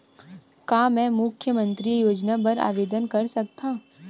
का मैं मुख्यमंतरी योजना बर आवेदन कर सकथव?